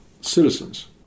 citizens